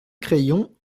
crayon